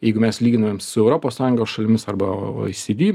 jeigu mes lyginam su europos sąjungos šalimis arba oy sy dy